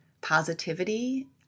positivity